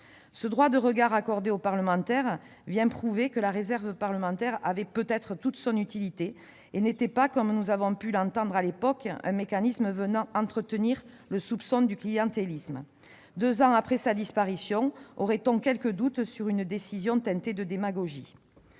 Ce droit de regard accordé aux parlementaires prouve peut-être que la réserve parlementaire avait toute son utilité et n'était pas, comme nous avons pu l'entendre à l'époque, « un mécanisme venant entretenir le soupçon du clientélisme ». Ça, c'est sûr ! Deux ans après sa disparition, aurait-on quelques doutes sur une décision teintée de démagogie ?